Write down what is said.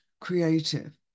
creative